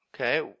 Okay